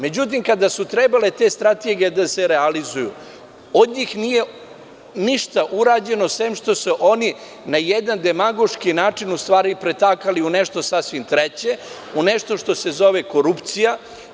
Međutim, kada su trebale te strategije da se realizuju od njih nije ništa urađeno, osim što se one na jedan demagoški način u stvari pretakale u nešto sasvim treće, u nešto što se zove korupcija.